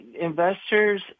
investors